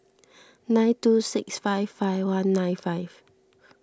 nine two six five five one nine five